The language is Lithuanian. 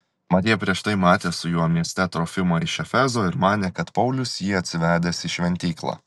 mat jie prieš tai matė su juo mieste trofimą iš efezo ir manė kad paulius jį atsivedęs į šventyklą